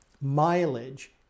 mileage